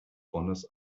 buenos